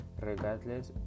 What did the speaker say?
regardless